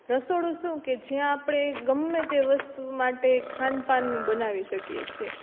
રસોડું શું કે જ્યાં આપણે ગમે તે વસ્તુ માટે ખાનપાન બનાવી શકીએ છીએ